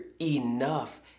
enough